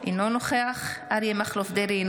אינו נוכח אריה מכלוף דרעי,